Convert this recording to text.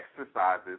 exercises